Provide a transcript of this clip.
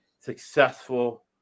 successful